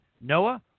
Noah